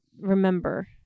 remember